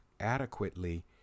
adequately